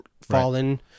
fallen